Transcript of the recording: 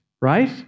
right